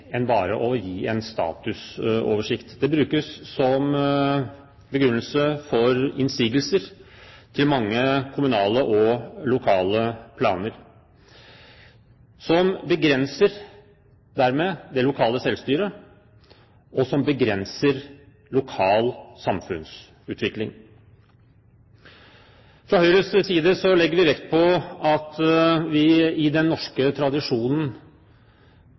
enn bare å gi en statusoversikt. Det brukes som begrunnelse for innsigelser til mange kommunale og lokale planer, som dermed begrenser det lokale selvstyre, og som begrenser lokal samfunnsutvikling. Fra Høyres side legger vi vekt på at i den norske tradisjonen